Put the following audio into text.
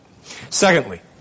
Secondly